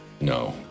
No